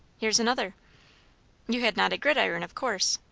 here's another you had not a gridiron, of course.